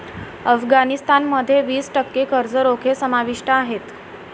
अफगाणिस्तान मध्ये वीस टक्के कर्ज रोखे समाविष्ट आहेत